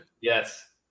Yes